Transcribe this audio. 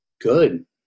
Good